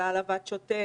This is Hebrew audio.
על העלבת שוטר,